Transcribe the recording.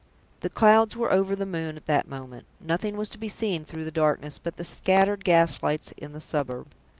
the clouds were over the moon at that moment nothing was to be seen through the darkness but the scattered gas-lights in the suburb.